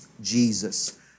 Jesus